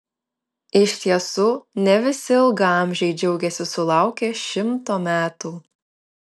iš tiesų ne visi ilgaamžiai džiaugiasi sulaukę šimto metų